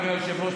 אדוני היושב-ראש,